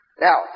Now